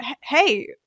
hey